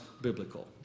biblical